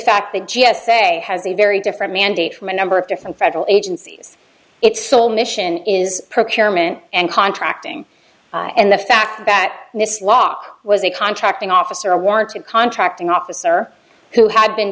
fact that g s a has a very different mandate from a number of different federal agencies its sole mission is procurement and contracting and the fact that this law was a contracting officer warranted contracting officer who had been